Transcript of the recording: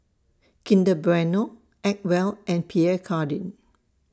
Kinder Bueno Acwell and Pierre Cardin